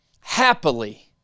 Happily